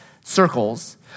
circles